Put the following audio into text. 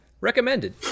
Recommended